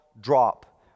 drop